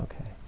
Okay